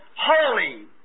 Holy